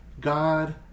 God